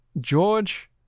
George